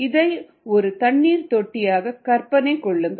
இதை ஒரு தண்ணீர் தொட்டி ஆக கற்பனை கொள்ளுங்கள்